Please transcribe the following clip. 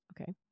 okay